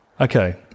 Okay